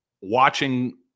watching –